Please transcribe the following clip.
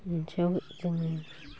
मोनसैयाव जोङो